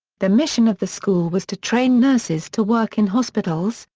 the mission of the school was to train nurses to work in hospitals,